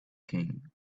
king